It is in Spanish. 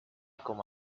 como